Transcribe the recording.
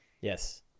Yes